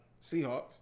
Seahawks